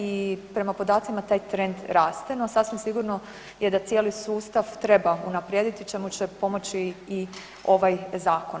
I prema podacima taj trend raste, no sasvim sigurno je da cijeli sustav treba unaprijediti čemu će pomoći i ovaj zakon.